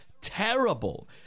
terrible